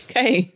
Okay